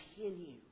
continue